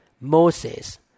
Moses